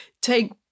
take